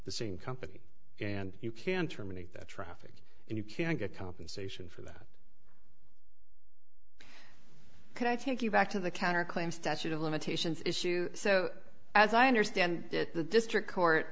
the same company and you can terminate that traffic and you can get compensation for that can i take you back to the counter claim statute of limitations issue so as i understand it the district court